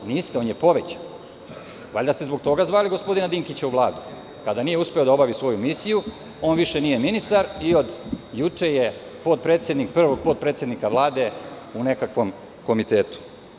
Niste, on je povećan, pa ste valjda zbog toga zvali gospodina Dinkića u Vladu, kada nije uspeo da obavi svoju misiju, on nije više ministar i od juče je potpredsednik prvog potpredsednika Vlade u nekakvom komitetu.